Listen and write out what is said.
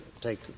take